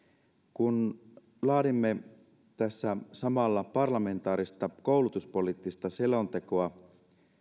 kun laadimme tässä samalla parlamentaarista koulutuspoliittista selontekoa